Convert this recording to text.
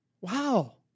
Wow